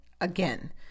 again